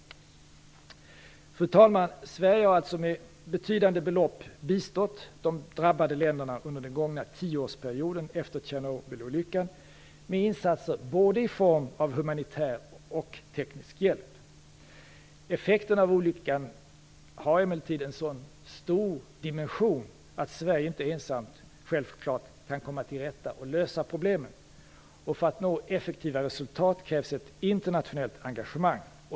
Sverige har med betydande belopp bistått de drabbade länderna under den gångna tioårsperioden efter Tjernobylolyckan med insatser i form av både humanitär och teknisk hjälp. Effekterna av olyckan har emellertid en så stor dimension att Sverige inte ensamt kan komma till rätta med och lösa problemen. För att nå effektiva resultat krävs ett internationellt engagemang.